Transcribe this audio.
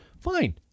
Fine